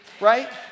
right